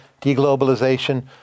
deglobalization